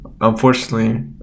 Unfortunately